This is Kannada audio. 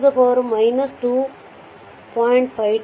5 e 2